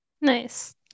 Nice